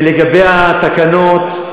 ולגבי התקנות,